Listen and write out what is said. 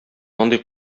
андый